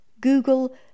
Google